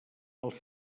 els